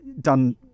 done